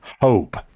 hope